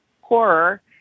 horror